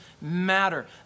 matter